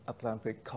Atlantic